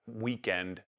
weekend